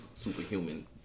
superhuman